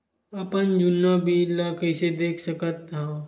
अपन जुन्ना बिल ला कइसे देख सकत हाव?